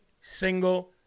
single